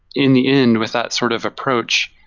in the end, with that sort of approach,